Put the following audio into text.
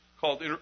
called